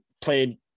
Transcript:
played